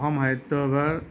Assam সাহিত্যসভাৰ